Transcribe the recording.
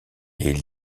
est